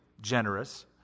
generous